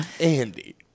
Andy